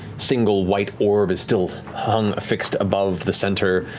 single white orb is still hung, affixed above the center,